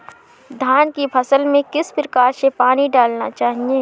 धान की फसल में किस प्रकार से पानी डालना चाहिए?